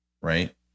right